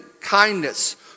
kindness